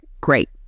great